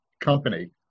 company